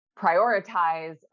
prioritize